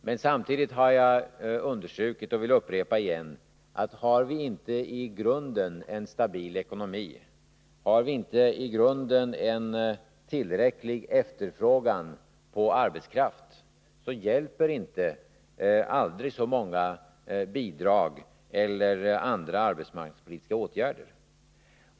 Men samtidigt har jag understrukit och vill upprepa att har vi inte i grunden en stabil ekonomi, har vi inte i grunden en tillräcklig efterfrågan på arbetskraft, så hjälper det inte med aldrig så många bidrag eller andra arbetsmarknadspolitiska åtgärder.